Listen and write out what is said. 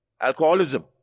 alcoholism